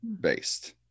based